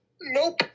Nope